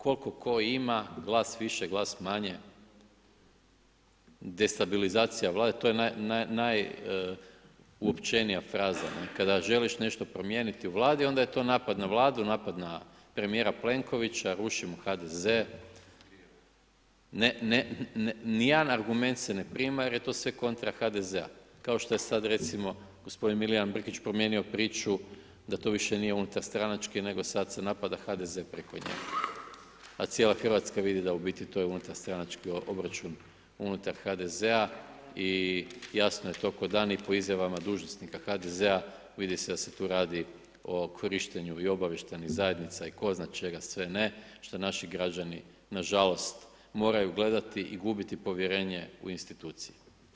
Koliko tko ima, glas više, glas manje, destabilizacija Vlade, to je najuopćenija fraza, kada želiš nešto promijeniti u Vladi, onda je to napad na Vladu, napad na premijera Plenkovića, rušimo HDZ, nijedan argument se ne prima jer je to sve kontra HDZ-a kao što je sad recimo gospodin Milijan Brkić promijenio priču da to više nije unutar stranački nego sad se napada HDZ preko njega a cijela Hrvatska vidi da u biti to je unutarstranački obračun, unutar HDZ-a i jasno je to kao dan i po izjavama dužnosnika HDZ-a, vidi se da se tu radi o korištenju i obavještajnih zajednica i tko zna čega sve ne, što naši građani nažalost moraju gledati i gubiti povjerenje u institucije.